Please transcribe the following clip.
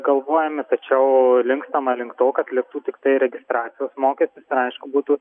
galvojame tačiau linkstama link to kad liktų tiktai registracijos mokestis aišku būtų